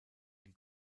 die